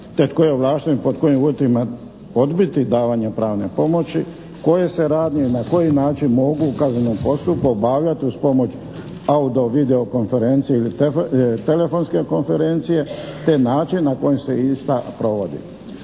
te tko je ovlašten pod kojim uvjetima odbiti davanje pravne pomoći, koje se radnje na koji način mogu u kaznenom postupku obavljati uz pomoć audio-video konferencije ili telefonske konferencije te način na koji se ista provodi.